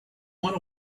went